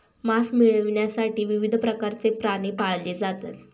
मांस मिळविण्यासाठी विविध प्रकारचे प्राणी पाळले जातात